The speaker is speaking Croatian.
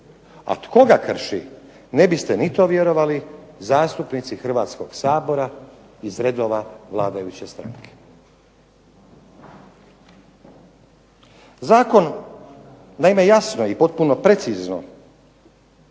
A tko ga krši? Ne biste ni to vjerovali, zastupnici Hrvatskoga sabora iz redova vladajuće stranke. Zakon naime jasno i potpun precizno